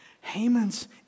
Haman's